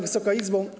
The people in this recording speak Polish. Wysoka Izbo!